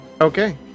Okay